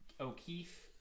O'Keefe